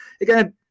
again